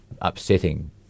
upsetting